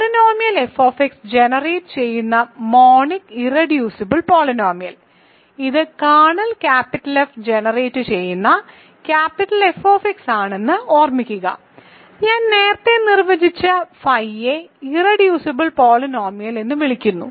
polynomial f generate ചെയ്യുന്ന monic irreducible polynomial ഇത് kernel F generate ചെയ്യുന്ന Fx ആണെന്ന് ഓർമ്മിക്കുക ഞാൻ നേരത്തെ നിർവചിച്ച ഫൈയെ ഇർറെഡ്യൂസിബിൾ പോളിനോമിയൽ എന്ന് വിളിക്കുന്നു